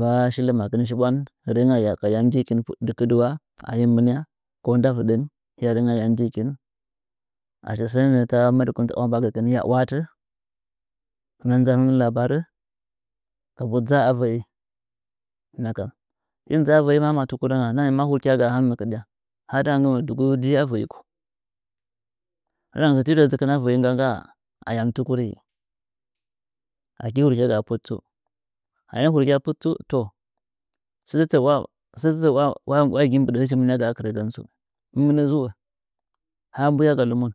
Va shi tɨ makɨn shiɓwan rengɚ’ɚ aka yam njikɨn dɨkɨdɨwa ahɨm mɨnɨa ko nda vɨɗɚn hɨya rengɚ’ɚ ayam njikɨn sɚ ta madɨkung iwa mba gɚkɨn ya iwatɚ huna nzan huna labare kabu daa a vɨi nɚkam hɨm dzɨa vɚi mama tukurɚ ngga ndɨɗɚa ma hurkya gaa han mɨ kɨ ɗya haya nggɨ mɚ dtgu ji a vɚi ku ndɨɗangɚ ti rɚ dztkin a vɚi ngga nggaa ayam tukuri aki hurkya put tsu ayam hurkyai put tsu to sɚtɚtɚɚ uya gi mbtɗa hch mɨnɨa gaa akɨrɨgɚn uya gi mbɨɗa hɨch mɨnɨa gaa akɨrɚgɚn tsu ha mbliya ga lɨmon